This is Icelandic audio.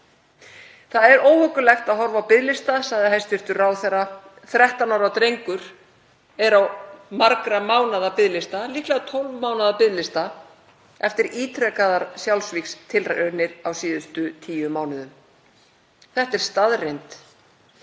Það er óhuggulegt að horfa á biðlista, sagði hæstv. ráðherra. 13 ára drengur er á margra mánaða biðlista, líklega 12 mánaða biðlista, eftir ítrekaðar sjálfsvígstilraunir á síðustu tíu mánuðum. Þetta er staðreynd.